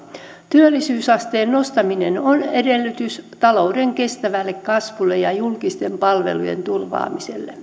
työllisyysasteen nostaminen on edellytys talouden kestävälle kasvulle ja julkisten palvelujen turvaamiselle